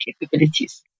capabilities